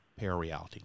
Parareality